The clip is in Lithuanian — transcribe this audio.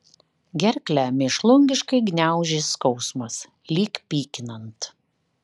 gerklę mėšlungiškai gniaužė skausmas lyg pykinant